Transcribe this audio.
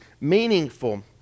meaningful